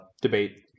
Debate